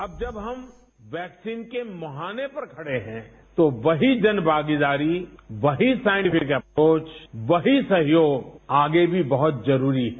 अब जब हम वैक्सीन के मुहाने पर खड़े हैं तो वही जनभागीदारी वहीं साइंटिफिक अप्रोच वहीं सहयोग आगे भी बहुत जरूरी है